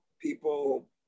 people